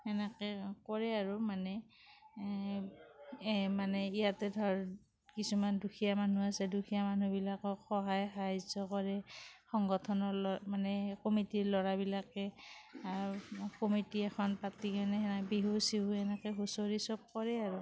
হেনেকে কৰে আৰু মানে এ মানে ইয়াতে ধৰ কিছুমান দুখীয়া মানুহ আছে দুখীয়া মানুহবিলাকক সহায় সাহাৰ্য্য কৰে সংগঠনৰ ল'ৰ মানে কমিটিৰ ল'ৰাবিলাকে কমিটি এখন পাতি কিনে হেনে বিহু চিহু এনেকে হুঁচৰি সব কৰে আৰু